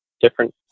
different